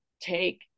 take